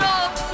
up